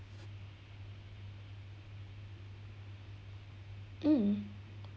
mm